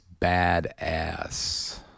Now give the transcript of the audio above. badass